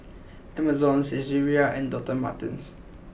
Amazon Saizeriya and Doctor Martens